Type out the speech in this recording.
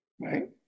right